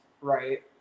right